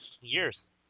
years